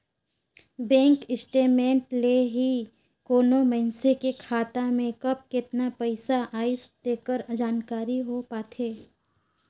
bank statement ले ही कोनो मइसने के खाता में कब केतना पइसा आइस तेकर जानकारी हो पाथे